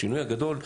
השינוי הגדול,